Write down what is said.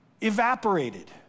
evaporated